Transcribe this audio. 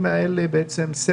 בשנים האלה בעצם,